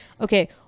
Okay